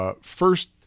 First